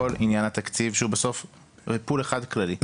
עניין התקציב שהוא פול אחד כללי -- רגע,